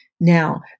now